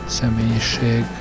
személyiség